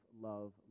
love